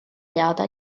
teada